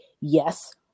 yes